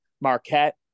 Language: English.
Marquette